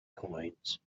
coins